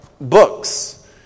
books